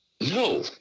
No